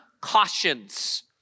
cautions